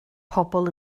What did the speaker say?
pobl